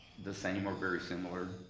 the same or very similar